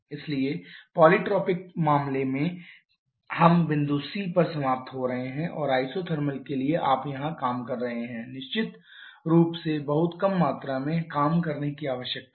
इसलिए पालीट्रॉपिक मामले के लिए हम बिंदु C पर समाप्त हो रहे हैं और आइसोथर्मल के लिए आप यहाँ काम कर रहे हैं निश्चित रूप से बहुत कम मात्रा में काम करने की आवश्यकता है